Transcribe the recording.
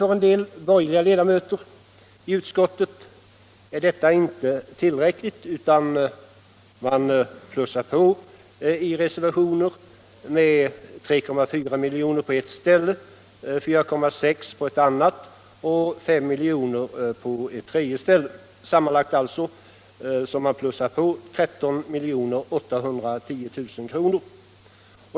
För en del av de borgerliga ledamöterna i utskottet är detta inte tillräckligt, utan man pressar i reservationer på med 3,4 miljoner på ett ställe, 4,6 miljoner på ett annat och 5 miljoner på ett tredje ställe, sammanlagt 13,8 milj.kr.